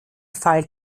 fall